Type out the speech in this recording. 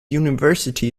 university